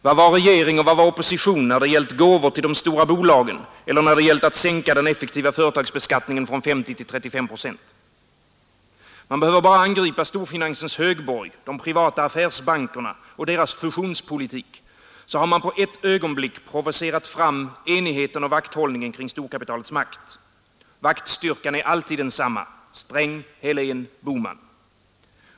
Vad var regering och vad var opposition när det gällt gåvor till de stora bolagen eller när det gällt att sänka den effektiva företagsbeskattningen från 50 till 35 procent? Man behöver bara angripa storfinansens högborg, de privata affärsbankerna och deras fusionspolitik, så har man på ett ögonblick provocerat fram enigheten och vakthållningen kring storkapitalets makt. Vaktstyrkan är alltid densamma: Sträng, Helén, Bohman.